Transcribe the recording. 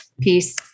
peace